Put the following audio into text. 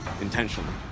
Intentionally